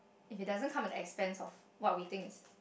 if it doesn't come an expense of what we think is